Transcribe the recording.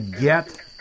get